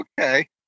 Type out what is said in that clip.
Okay